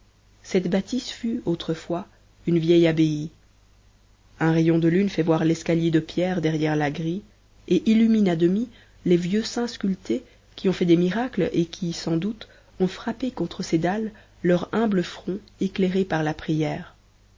cette bâtisse fut autrefois une vieille abbaye un rayon de lune fait voir l'escalier de pierre derrière la grille et illumine à demi les vieux saints sculptés qui ont fait des miracles et qui sans doute ont frappé contre ces dalles leurs humbles fronts éclairés par la prière